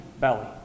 belly